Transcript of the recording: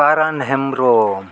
Karan Hembrom